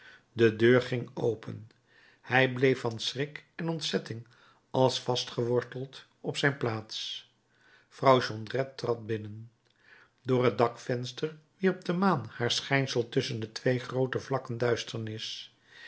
de deur ging open hij bleef van schrik en ontzetting als vastgeworteld op zijn plaats vrouw jondrette trad binnen door het dakvenster wierp de maan haar schijnsel tusschen twee groote vakken duisternis